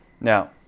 Now